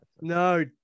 No